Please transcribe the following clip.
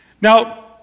Now